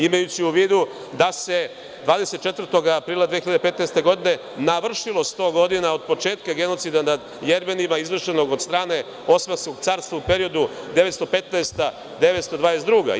Imajući u vidu da se 24. aprila 2015. godine navršilo sto godina od početka genocida nad Jermenima, izvršenog od strane Osmanskog carstva u periodu 1915-1922 godina.